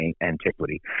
antiquity